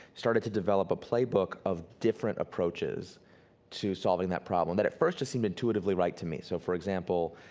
started to develop a playbook of different approaches to solving that problem that at first just seemed intuitively right to me. so for example,